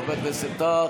חבר הכנסת טאהא,